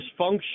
dysfunction